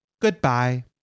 Goodbye